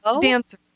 Dancer